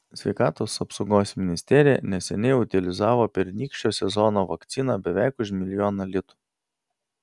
sveikatos apsaugos ministerija neseniai utilizavo pernykščio sezono vakciną beveik už milijoną litų